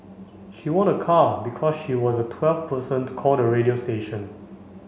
she won a car because she was the twelfth person to call the radio station